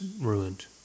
ruined